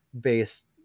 based